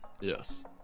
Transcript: Yes